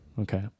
okay